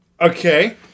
Okay